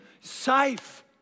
safe